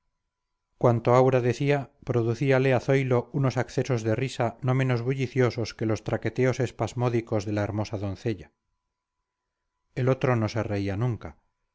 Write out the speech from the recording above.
cuanto aura decía producíale a zoilo unos accesos de risa no menos bulliciosos que los traqueteos espasmódicos de la hermosa doncella el otro no se reía nunca